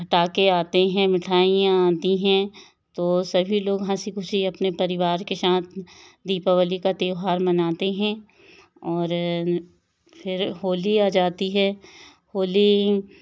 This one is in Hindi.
पटाखे आते हैं मिठाइयाँ आती हैं तो सभी लोग हंसी खुशी अपने परिवार के साथ दीपावली का त्यौहार मनाते हैं और फिर होली आ जाती है होली